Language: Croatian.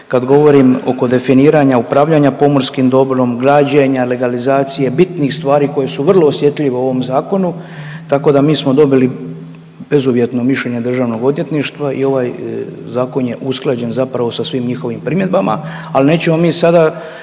kad govorim oko definiranja upravljanja pomorskim dobrom, građenja, legalizacije, bitnih stvari koje su vrlo osjetljive u ovom zakonu tako da mi smo dobili bezuvjetno mišljenje državnog odvjetništva i ovaj zakon je usklađen zapravo sa svim njihovim primjedbama. Al nećemo mi sada